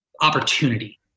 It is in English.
opportunity